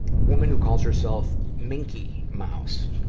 woman who calls herself minkie mouse.